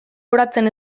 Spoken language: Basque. oratzen